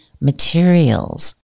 materials